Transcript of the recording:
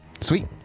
Sweet